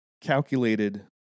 calculated